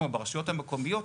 כמו ברשויות המקומיות,